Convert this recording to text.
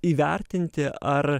įvertinti ar